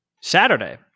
Saturday